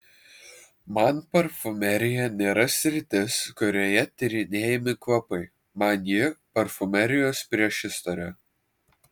man parfumerija nėra sritis kurioje tyrinėjami kvapai man ji parfumerijos priešistorė